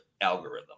algorithm